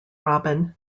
robin